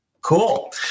Cool